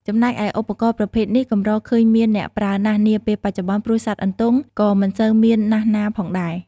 ចំណែកឯ ឧបករណ៍ប្រភេទនេះ កម្រឃើញមានអ្នកប្រើណាស់នាពេលបច្ចុប្បន្ន ព្រោះសត្វអន្ទង់ក៏មិនសូវមានណាស់ណាផងដែរ។